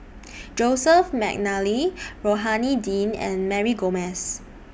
Joseph Mcnally Rohani Din and Mary Gomes